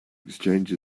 exchange